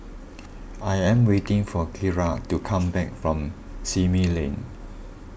I am waiting for Kiara to come back from Simei Lane